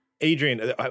Adrian